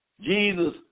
Jesus